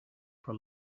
for